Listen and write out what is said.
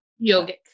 Yogic